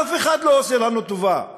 אף אחד לא עושה לנו טובה.